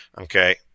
okay